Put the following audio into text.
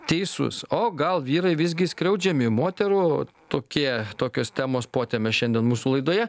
teisus o gal vyrai visgi skriaudžiami moterų tokie tokios temos potemės šiandien mūsų laidoje